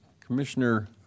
commissioner